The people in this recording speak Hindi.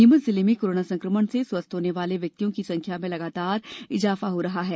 नीमच जिले में कोरोना संक्रमण से स्वस्थ होने वाले व्यक्तियों की संख्या में लगातार इजाफा हो रहा है